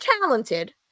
talented